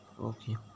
okay